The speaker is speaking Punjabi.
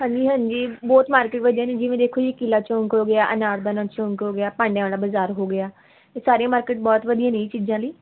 ਹਾਂਜੀ ਹਾਂਜੀ ਬਹੁਤ ਮਾਰਕੀਟ ਵਧੀਆ ਨੇ ਜਿਵੇਂ ਦੇਖੋ ਜੀ ਕਿਲਾ ਚੌਂਕ ਹੋ ਗਿਆ ਅਨਾਰ ਦਾਨਾ ਚੌਂਕ ਹੋ ਗਿਆ ਭਾਂਡਿਆਂ ਵਾਲਾ ਬਜ਼ਾਰ ਹੋ ਗਿਆ ਇਹ ਸਾਰੇ ਮਾਰਕੀਟ ਬਹੁਤ ਵਧੀਆ ਨੇ ਇਹ ਚੀਜ਼ਾਂ ਲਈ